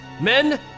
Men